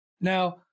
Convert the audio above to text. Now